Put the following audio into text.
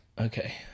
Okay